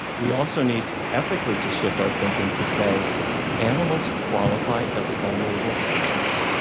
we also need ethically to shift our thinking, to say animals qualify as vulnerable subjects,